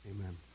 Amen